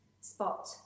spot